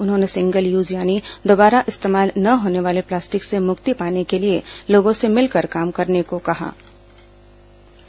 उन्होंने single use यानी दोबारा इस्तेमाल न होने वाले प्लास्टिक से मुक्ति पाने के लिए लोगों से मिलकर काम करने का आहवान किया